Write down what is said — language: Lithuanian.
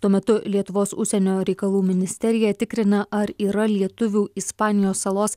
tuo metu lietuvos užsienio reikalų ministerija tikrina ar yra lietuvių ispanijos salos